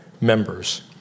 members